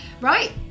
Right